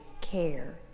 care